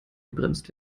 gebremst